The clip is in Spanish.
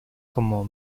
como